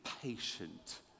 patient